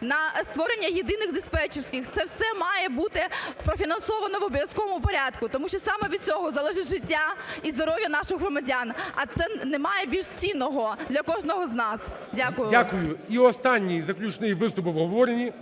на створення єдиних диспетчерських, це все має бути профінансовано в обов'язковому порядку. Тому що саме від цього залежить життя і здоров'я наших громадян, а це немає більш цінного для кожного з нас. Дякую. ГОЛОВУЮЧИЙ. Дякую. І останній заключний виступ в обговоренні,